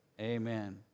Amen